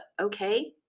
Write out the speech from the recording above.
okay